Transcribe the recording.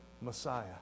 Messiah